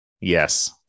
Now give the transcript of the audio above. Yes